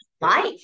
life